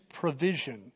provision